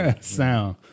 sound